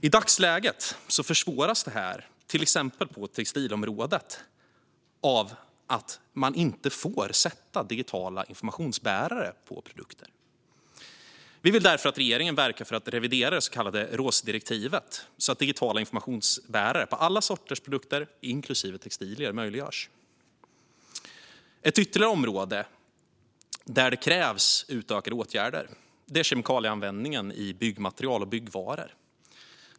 I dagsläget försvåras det här, till exempel på textilområdet, av att man inte får sätta digitala informationsbärare på produkter. Vi vill därför att regeringen verkar för att revidera det så kallade ROHS-direktivet så att digitala informationsbärare på alla sorters produkter, inklusive textilier, möjliggörs. Ett ytterligare område där det krävs utökade åtgärder är kemikalieanvändningen i byggmaterial och byggvaror.